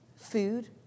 food